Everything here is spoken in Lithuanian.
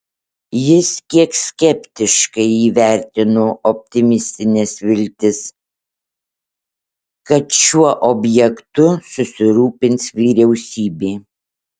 jis kiek skeptiškai įvertino optimistines viltis kad šiuo objektu susirūpins vyriausybė